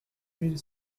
mille